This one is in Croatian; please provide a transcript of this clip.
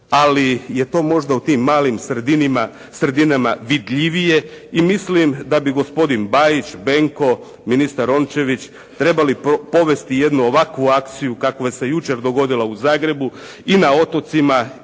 ali je to možda u tim malim sredinama vidljivije i mislim da bi gospodin Bajić, Benko, ministar Rončević trebali povesti jednu ovakvu akciju kakva se jučer dogodila u Zagrebu, i na otocima